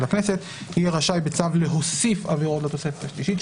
הכנסת יהיה רשאי בצו להוסיף עבירות לתוספת השלישית.